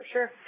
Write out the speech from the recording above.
Sure